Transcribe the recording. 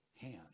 hand